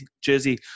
jersey